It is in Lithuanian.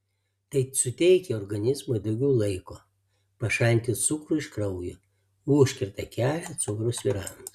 tai suteikia organizmui daugiau laiko pašalinti cukrų iš kraujo užkerta kelią cukraus svyravimams